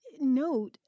note